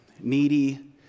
needy